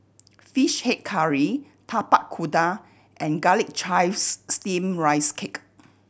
Fish Head Curry Tapak Kuda and Garlic Chives Steamed Rice Cake